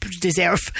deserve